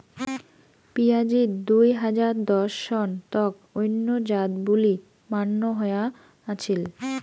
পিঁয়াজিত দুই হাজার দশ সন তক অইন্য জাত বুলি মান্য হয়া আছিল